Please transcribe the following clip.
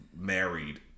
married